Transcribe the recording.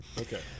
Okay